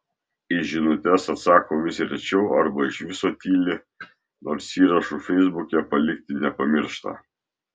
į žinutes atsako vis rečiau arba iš viso tyli nors įrašų feisbuke palikti nepamiršta